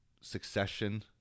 Succession